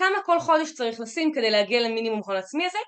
כמה כל חודש צריך לשים כדי להגיע למינימום הון עצמי הזה?